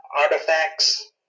artifacts